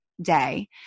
day